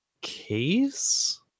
case